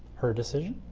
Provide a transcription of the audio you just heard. her decision,